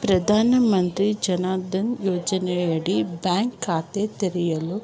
ಪ್ರಧಾನಮಂತ್ರಿ ಜನ್ ಧನ್ ಯೋಜನೆಯಡಿ ಬ್ಯಾಂಕ್ ಖಾತೆ ತೆರೆಯಲು